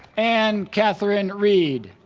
anne catherine reid